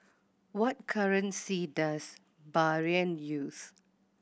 what currency does Bahrain use